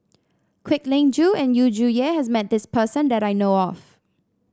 Kwek Leng Joo and Yu Zhuye has met this person that I know of